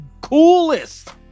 coolest